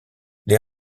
les